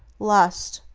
lust,